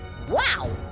wow,